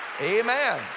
Amen